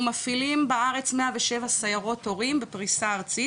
אנחנו מפעילים בארץ 107 סיירות הורים בפריסה ארצית,